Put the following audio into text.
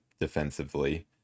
defensively